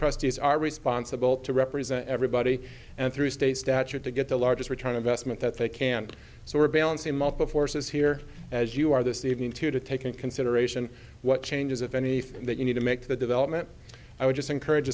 trustees are responsible to represent everybody and through state statute to get the largest return investment that they can so we're balancing multiple forces here as you are this evening to take into consideration what changes if any that you need to make the development i would just encourage